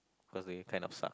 cause we kind of suck